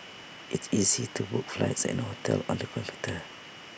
IT easy to book flights and hotels on the computer